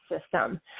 system